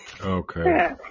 Okay